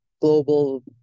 global